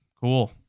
cool